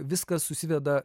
viskas susiveda